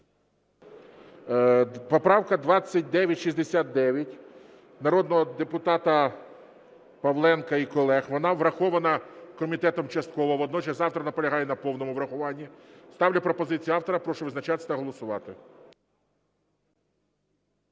Поправка 2969 народного депутата Павленка і колег. Вона врахована комітетом частково. Водночас автор наполягає на повному врахуванні. Ставлю пропозицію автора. Прошу визначатись та голосувати.